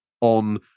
on